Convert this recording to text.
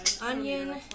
onion